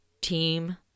team